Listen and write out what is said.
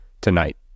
tonight